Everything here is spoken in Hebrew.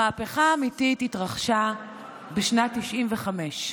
המהפכה האמיתית התרחשה בשנת 1995,